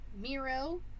Miro